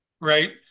right